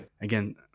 Again